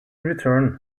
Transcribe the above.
return